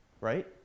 Right